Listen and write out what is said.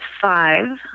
five